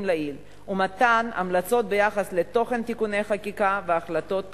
לעיל ומתן המלצות ביחס לתוכן תיקוני חקיקה וההחלטות כאמור.